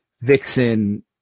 Vixen